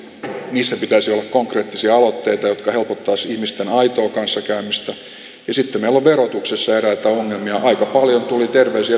niistä pitäisi olla konkreettisia aloitteita jotka helpottaisivat ihmisten aitoa kanssakäymistä ja sitten meillä on verotuksessa eräitä ongelmia aika paljon tuli terveisiä